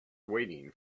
waiting